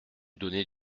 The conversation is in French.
donner